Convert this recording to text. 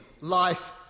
life